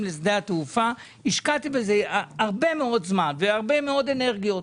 לשדה התעופה הרבה מאוד זמן והרבה מאוד אנרגיות.